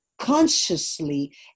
consciously